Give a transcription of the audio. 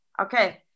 Okay